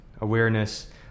awareness